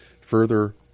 further